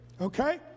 okay